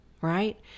right